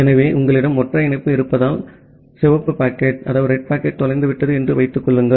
எனவே உங்களிடம் ஒற்றை இணைப்பு இருப்பதால் சிவப்பு பாக்கெட் தொலைந்துவிட்டது என்று வைத்துக் கொள்ளுங்கள்